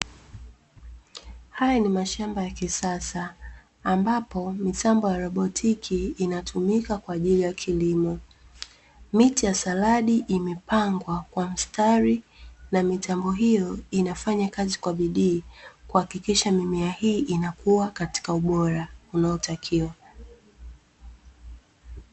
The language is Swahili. Haya ni mashamba ya kisasa, ambapo mitambo ya robotiki inatumika kwa ajili ya kilimo. Miti ya saladi imepangwa kwa mstari na mitambo hiyo inafanya kazi kwa bidii, kuhakikisha mimea hii inakua katika ubora unaotakiwa.